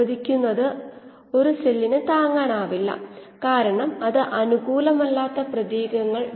നിങ്ങൾക്ക് ഒരു കീമോസ്റ്റാറ്റ് പ്രവർത്തിപ്പിക്കാൻ കഴിയുന്ന മാർഗം